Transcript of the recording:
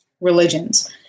religions